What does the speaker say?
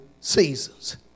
seasons